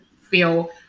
feel